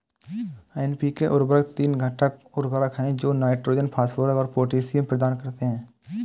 NPK उर्वरक तीन घटक उर्वरक हैं जो नाइट्रोजन, फास्फोरस और पोटेशियम प्रदान करते हैं